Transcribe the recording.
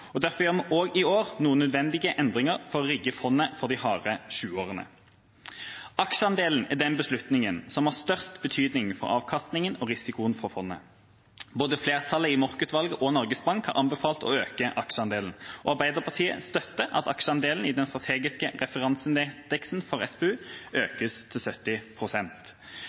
Derfor gjør vi også i år noen nødvendige endringer for å rigge fondet for «de harde 20-årene». Aksjeandelen er den beslutningen som har størst betydning for avkastningen og risikoen for fondet. Både flertallet i Mork-utvalget og Norges Bank har anbefalt å øke aksjeandelen, og Arbeiderpartiet støtter at aksjeandelen i den strategiske referanseindeksen for SPU økes til